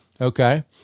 Okay